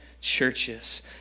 churches